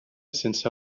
sense